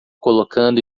colocando